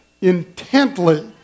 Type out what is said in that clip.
intently